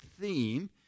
theme